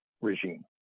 regime